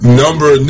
number